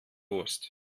wurst